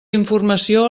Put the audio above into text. informació